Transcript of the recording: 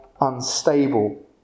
unstable